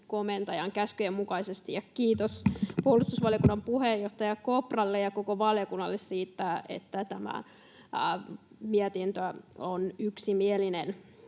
komentajan käskyjen mukaisesti. Kiitos puolustusvaliokunnan puheenjohtaja Kopralle ja koko valiokunnalle siitä, että tämä mietintö on yksimielinen.